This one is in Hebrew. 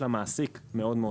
מדובר